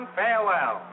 farewell